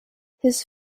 his